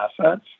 assets